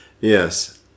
yes